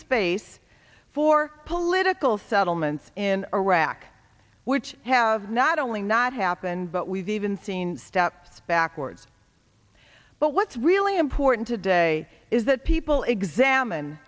space for political settlements in iraq which have not only not happened but we've even seen steps backwards but what's really important today is that people examine